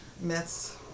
myths